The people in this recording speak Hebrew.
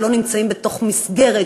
שנמצאים בתוך מסגרת